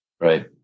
Right